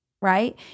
right